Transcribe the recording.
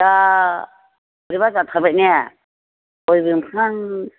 अ बोरैबा जाथारबाय ने गय बिफां